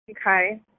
Okay